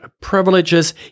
privileges